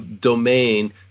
domain